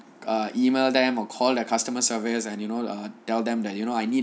err email them or call their customer service and you know err tell them that you know I need